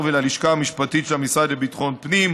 וללשכה המשפטית של המשרד לביטחון פנים,